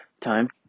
time